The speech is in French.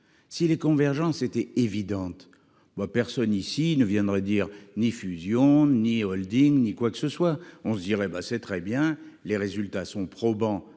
Si les convergences étaient. Évidente moi personne ici ne viendrait dire, ni fusion ni Holding ni quoique ce soit, on se dirait ben c'est très bien, les résultats sont probants